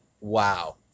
wow